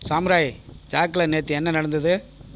samurai ஜாக்கில் நேற்று என்ன நடந்துது